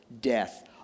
death